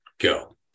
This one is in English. go